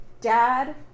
dad